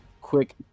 quick